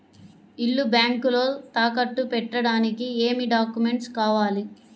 ఇల్లు బ్యాంకులో తాకట్టు పెట్టడానికి ఏమి డాక్యూమెంట్స్ కావాలి?